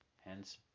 Hence